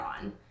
on